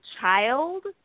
child